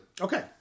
Okay